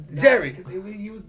Jerry